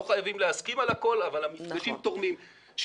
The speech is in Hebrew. לא חייבים להסכים על הכול, אבל המפגשים תורמים.